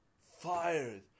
Fired